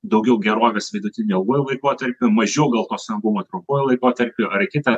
daugiau gerovės vidutiniu ilguoju laikotarpiu mažiau gal to saugumo trumpuoju laikotarpiu ar į kitą